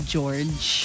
George